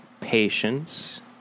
patience